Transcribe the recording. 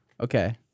Okay